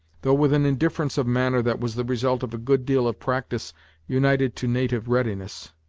though with an indifference of manner that was the result of a good deal of practice united to native readiness.